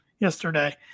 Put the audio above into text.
yesterday